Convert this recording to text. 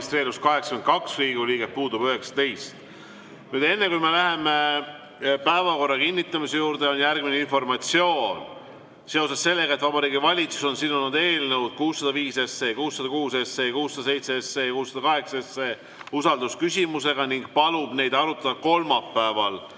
Enne kui me läheme päevakorra kinnitamise juurde, on järgmine informatsioon. Seoses sellega, et Vabariigi Valitsus on sidunud eelnõud 605, 606, 607 ja 608 usaldusküsimusega ning palub neid arutada kolmapäeva,